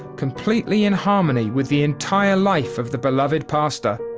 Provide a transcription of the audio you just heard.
completely in harmony with the entire life of the beloved pastor.